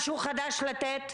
משהו חדש לתת?